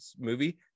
movie